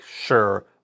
sure